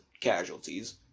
casualties